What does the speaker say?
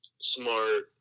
Smart